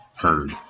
heard